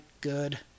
good